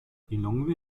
lilongwe